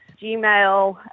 Gmail